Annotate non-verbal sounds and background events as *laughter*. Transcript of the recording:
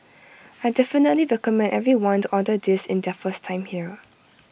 *noise* I definitely recommend everyone to order this in their first time here